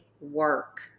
work